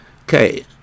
Okay